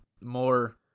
more